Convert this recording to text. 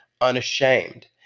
unashamed